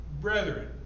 brethren